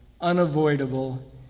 unavoidable